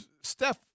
Steph